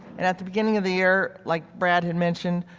and at the beginning of the year like brad had mentioned,